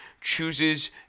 chooses